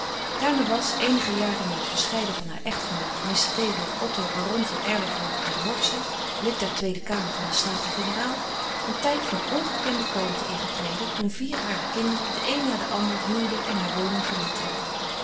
daarna was eenige jaren na het verscheiden van haar echtgenoot mr théodore otto baron van erlevoort ter horze lid der tweede kamer van de staten-generaal een tijd van ongekende kalmte ingetreden toen vier harer kinderen de een na de ander huwden en haar woning verlieten